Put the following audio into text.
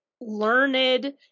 learned